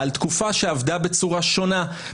הם יחליטו מי יהיו השופטים בבית המשפט העליון של מדינת ישראל.